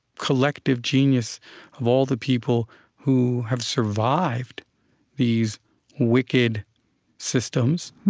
collective genius of all the people who have survived these wicked systems.